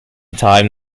time